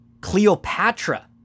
Cleopatra